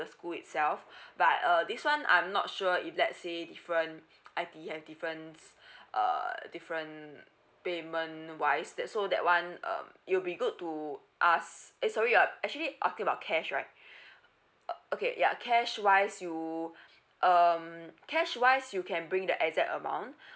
the school itself but uh this one I'm not sure if let say different I_T_E have different uh different payment wise that so that one um you will be good to ask eh sorry uh actually asking about cash right uh okay ya cash wise you um cash wise you can bring that exact amount uh